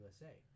USA